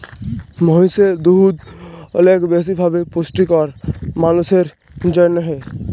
মহিষের দুহুদ অলেক বেশি ভাবে পুষ্টিকর মালুসের জ্যনহে